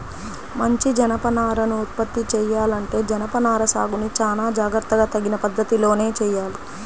మంచి జనపనారను ఉత్పత్తి చెయ్యాలంటే జనపనార సాగును చానా జాగర్తగా తగిన పద్ధతిలోనే చెయ్యాలి